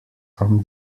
from